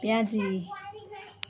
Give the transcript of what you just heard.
পেঁয়াজি